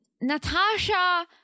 Natasha